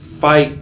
fight